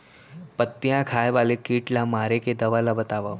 पत्तियां खाए वाले किट ला मारे के दवा ला बतावव?